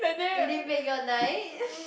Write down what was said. did they make your night